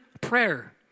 prayer